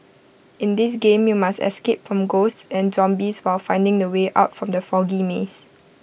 in this game you must escape from ghosts and zombies while finding the way out from the foggy maze